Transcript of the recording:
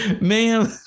Ma'am